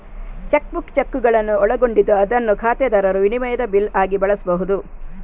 check book ಚೆಕ್ಕುಗಳನ್ನು ಒಳಗೊಂಡಿದ್ದು ಅದನ್ನು ಖಾತೆದಾರರು ವಿನಿಮಯದ ಬಿಲ್ ಆಗಿ ಬಳಸ್ಬಹುದು